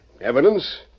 Evidence